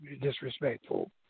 disrespectful